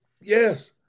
Yes